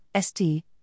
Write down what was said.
ST